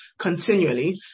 continually